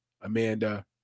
Amanda